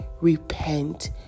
repent